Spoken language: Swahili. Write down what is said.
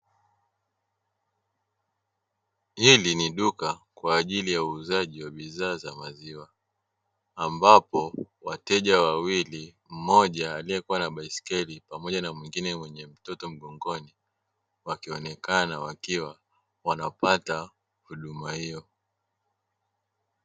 Hii ni duka kwa ajili ya uuzaji wa bidhaa za maziwa, ambapo wateja wawili mmoja aliyekuwa na baiskeli pamoja na mwingine mwenye mtoto mgongoni wanaonekana wakiwa wanapata huduma hiyo.